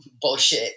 bullshit